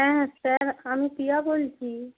হ্যাঁ স্যার আমি পিয়া বলছি